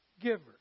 giver